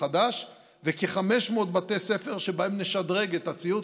חדש וכ-500 בתי ספר שבהם נשדרג את הציוד,